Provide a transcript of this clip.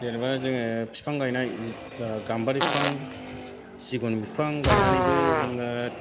जेनेबा जोङो बिफां गायनाय गाम्बारि बिफां सिगुन बिफां गायनानैबो जोङो